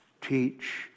Teach